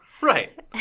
Right